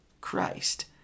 Christ